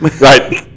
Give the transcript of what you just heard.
Right